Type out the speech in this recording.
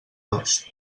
dos